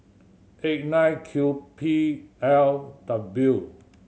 eight nine Q P L W